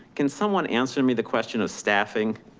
can someone answer me the question of staffing?